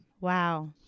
Wow